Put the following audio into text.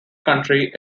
country